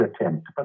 attempt